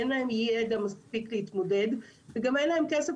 אין להם ידע מספיק להתמודד וגם אין להם כסף